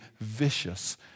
vicious